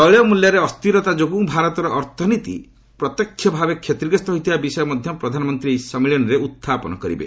ତୈଳ ମୂଲ୍ୟରେ ଅସ୍ଥିରତା ଯୋଗୁଁ ଭାରତର ଅର୍ଥନୀତି ପ୍ରତ୍ୟକ୍ଷ ଭାବେ କ୍ଷତିଗ୍ରସ୍ତ ହୋଇଥିବା ବିଷୟ ମଧ୍ୟ ପ୍ରଧାନମନ୍ତ୍ରୀ ଏହି ସମ୍ମିଳନୀରେ ଉହ୍ଚାପନ କରିବେ